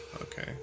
Okay